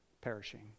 perishing